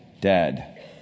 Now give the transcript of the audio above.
dead